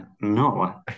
No